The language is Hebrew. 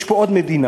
יש פה עוד מדינה,